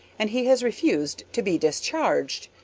and he has refused to be discharged.